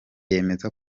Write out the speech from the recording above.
yemeza